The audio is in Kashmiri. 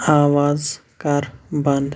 آواز کَر بنٛد